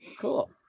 Cool